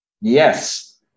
Yes